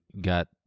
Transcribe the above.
got